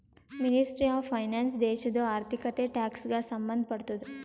ministry of finance ದೇಶದು ಆರ್ಥಿಕತೆ, tax ಗ ಸಂಭಂದ್ ಪಡ್ತುದ